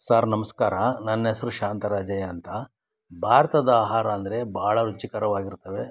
sir ನಮಸ್ಕಾರ ನನ್ನ ಹೆಸ್ರು ಶಾಂತರಾಜಯ್ಯ ಅಂತ ಭಾರತದ ಆಹಾರ ಅಂದರೆ ಭಾಳ ರುಚಿಕರವಾಗಿರ್ತವೆ